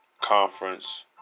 conference